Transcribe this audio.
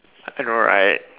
I know right